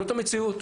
זאת המציאות.